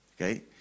Okay